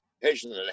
patient